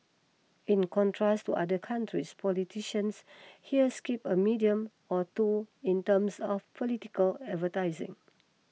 in contrast to other countries politicians here skip a medium or two in terms of political advertising